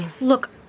Look